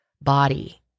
body